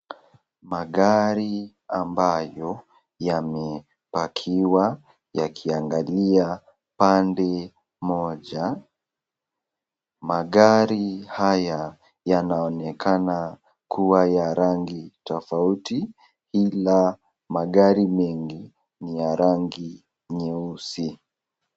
Magari ambayo yame pakiwa yakiangalia pande moja. Magari haya yanaonekana kuwa ya rangi tofauti ila magari mengi ni ya rangi nyeusi.